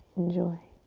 enjoy.